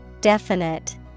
Definite